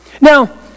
Now